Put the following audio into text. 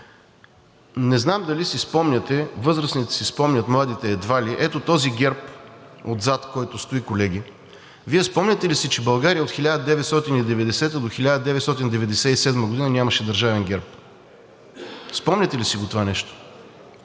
Не знам дали си спомняте – възрастните си спомнят, младите едва ли – ето този герб отзад, който стои, колеги, Виe спомняте ли си, че България от 1990-а до 1997 г. нямаше държавен герб? Спомняте ли си го това нещо?